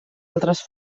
altres